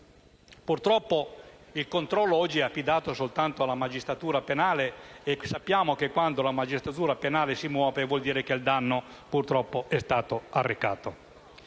Purtroppo il controllo oggi è affidato soltanto alla magistratura penale e sappiamo che quando la magistratura penale si muove vuol dire che il danno, purtroppo, è stato arrecato.